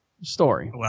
Story